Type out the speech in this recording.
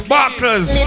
Barkers